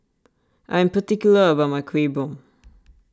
I am particular about my Kuih Bom